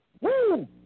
woo